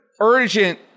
urgent